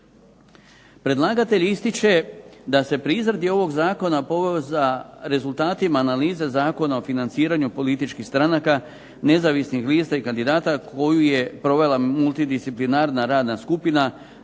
Predlagatelj ističe da se pri izradi ovog zakona …/Ne razumije se./… rezultatima analize Zakona o financiranju političkih stranaka nezavisnih lista i kandidata koju je provela multidisciplinarna radna skupina